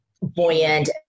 buoyant